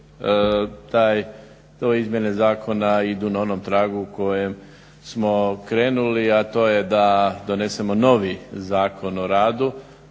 te izmjene zakona idu na onom tragu kojem smo krenuli, a to je da donesemo novi Zakon o radu